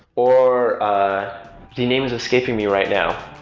or the name is escaping me right now